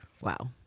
Wow